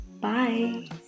bye